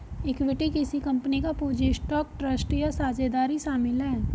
equity किसी company का पूंजी स्टॉक ट्रस्ट या साझेदारी शामिल है